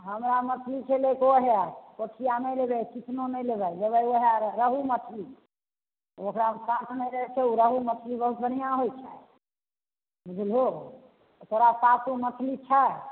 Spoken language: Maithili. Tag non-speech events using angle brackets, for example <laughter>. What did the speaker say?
हमरा मछली छै लैके ओहए पोठिआ नहि लेबै चिकनो नहि लेबै लेबै ओहए रहु मछली ओकरा <unintelligible> रहु मछली बहुत बढ़िआँ होइत छै बुझलहो तोरा पासमे मछली छो